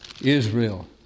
Israel